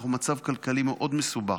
אנחנו במצב כלכלי מאוד מסובך,